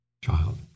child